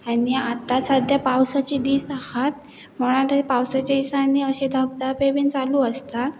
आनी आतां सद्या पावसाची दीस आसात म्हण थंय पावसाच्या दिसांनी अशे धबधबे बीन चालू आसतात